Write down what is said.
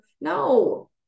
No